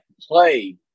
play